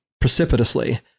precipitously